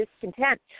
discontent